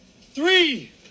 Three